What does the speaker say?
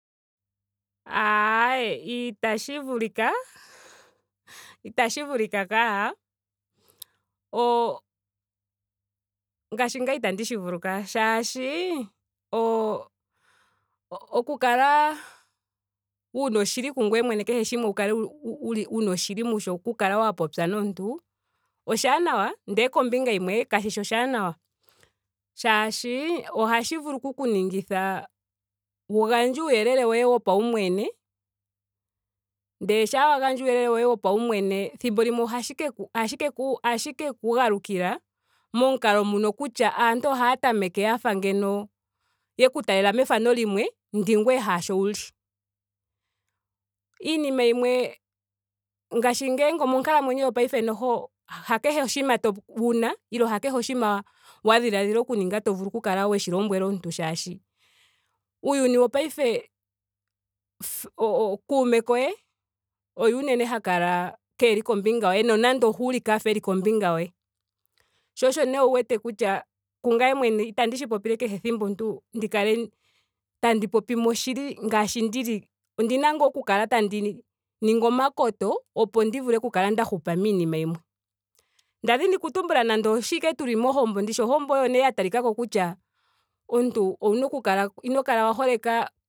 Aaye itashi vulika. itashi vulika kaa. oo ngaashi ngame itandi shi vulu kaa. Shaashi oo- o- okukala wuna oshili kungweye mwene kehe shimwe wu kale wuli wuna oshili musho oku kala wa popya nomuntu. oshaanawa ndele kombinga yimwe kashishi oshaanawa. Shaashi ohashi vulu oku ku ningitha wu gandje uuyelele woye wopaumwene. ndele shampa wa gandja uuyelele woye wopaumwene thimbo limwe ohashi keku ohashi keku ohashi keku galukila momukalo muno kutya aantu ohaya tameke yafa ngeno yeku talela mefano limwe ndi ngweye haasho wuli. Iinima yimwe ngaashi ngele omonkalamwenyo yongashingeyi noho. hakehe oshinima wuna. nenge hakehe oshinima wa dhiladhila okuninga to vulu oku kala weshi lombwela omuntu molwaashoka uuyuni wongaashingeyi. kuume koye loye unene ha kala keeli kombinga yoye nonando oha ulike afa eli kombinga yoye. So osho nee owu wete kutya kungame mwene itandi shi popile kehe ethimbo omuntu ndi kale tandi popi mo oshili ngaashi ndili. Ondina ngaa oku kala tandi ningi omakoto opo ndi kale nda hupa miinina yimwe. Nda dhini oku tumbula nando osho ashike tuli mohombo. ndishi ohombo oyo nee ya talikako kutya omuntu owuna oku kala ino kala wa holeka